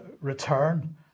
return